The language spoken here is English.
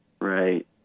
Right